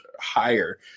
higher